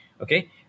okay